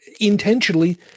intentionally